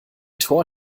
tor